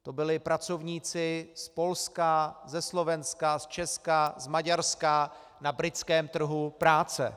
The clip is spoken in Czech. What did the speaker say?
To byli pracovníci z Polska, ze Slovenska, z Česka, z Maďarska na britském trhu práce.